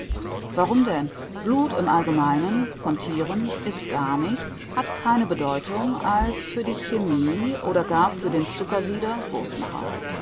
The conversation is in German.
warum denn blut im allgemeinen von thieren ist gar nichts hat keine bedeutung als für die chemie oder gar für den zuckersieder wurstmacher